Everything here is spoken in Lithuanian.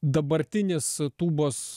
dabartinis tūbos